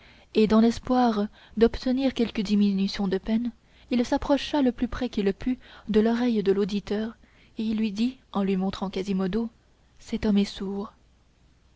et dans l'espoir d'obtenir quelque diminution de peine il s'approcha le plus près qu'il put de l'oreille de l'auditeur et lui dit en lui montrant quasimodo cet homme est sourd